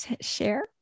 share